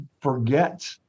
forget